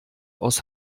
aus